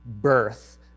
birth